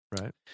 Right